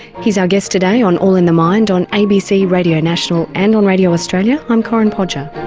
he's our guest today on all in the mind on abc radio national and on radio australia, i'm corinne podger.